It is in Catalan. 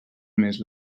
més